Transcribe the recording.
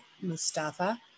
Mustafa